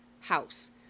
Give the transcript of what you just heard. house